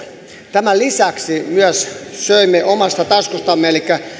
tämän lisäksi myös söimme omasta taskustamme elikkä